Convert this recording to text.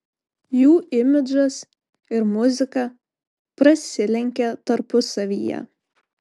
jų imidžas ir muzika prasilenkia tarpusavyje